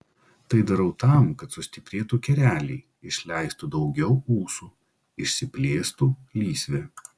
tai darau tam kad sustiprėtų kereliai išleistų daugiau ūsų išsiplėstų lysvė